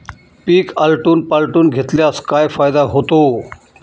पीक आलटून पालटून घेतल्यास काय फायदा होतो?